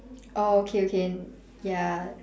orh okay okay ya